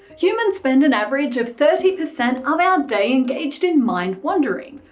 humans spend an average of thirty percent of our day engaged in mind-wandering.